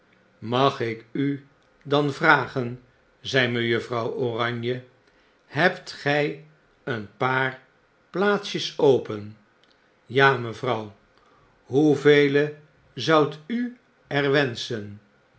mag ik u dan vragen zei mejuffrouw oranje hebt gg een paar plaatsjes open ja mevrouw hoevele zoudt u er wenschen